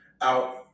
out